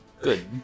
Good